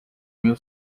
meu